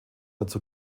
dazu